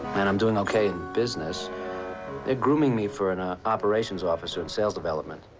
and i'm doing ok in business. they're grooming me for an ah operations officer in sales development.